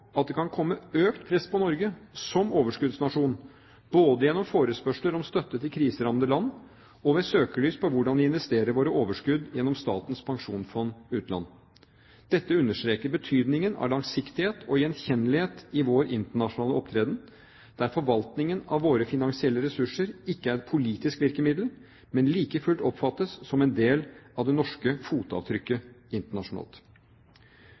at det kan komme økt press på Norge – som overskuddsnasjon – både gjennom forespørsler om støtte til kriserammede land og ved søkelys på hvordan vi investerer våre overskudd gjennom Statens pensjonsfond utland. Dette understreker betydningen av langsiktighet og gjenkjennelighet i vår internasjonale opptreden, der forvaltningen av våre finansielle ressurser ikke er et politisk virkemiddel, men like fullt oppfattes som en del av det norske «fotavtrykket» internasjonalt.